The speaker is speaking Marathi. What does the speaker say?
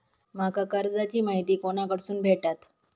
माका कर्जाची माहिती कोणाकडसून भेटात?